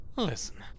Listen